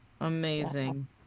Amazing